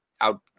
out